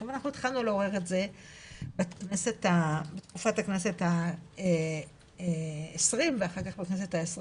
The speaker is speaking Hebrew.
עכשיו אנחנו התחלנו לעורר את זה בתקופת הכנסת ה-20 ואח"כ בכנסת ה-23